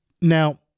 Now